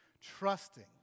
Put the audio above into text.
trusting